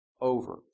over